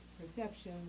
perception